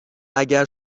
اگر